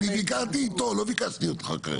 אני ביקשתי אותו, לא ביקשתי אותך כרגע.